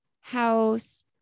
house